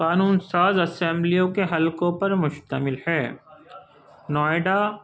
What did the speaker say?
قانون ساز اسمبلیوں کے حلقوں پر مشتمل ہے نوئیڈا